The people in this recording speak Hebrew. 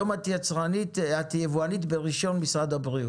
היום את יבואנית ברישיון משרד הבריאות.